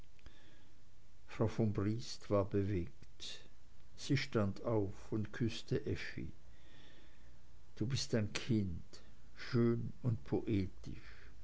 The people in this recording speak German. frau von briest war bewegt sie stand auf und küßte effi du bist ein kind schön und poetisch